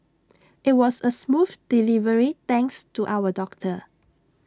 IT was A smooth delivery thanks to our doctor